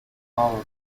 power